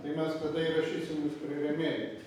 tai mes tada įrašysim jus prie rėmėjų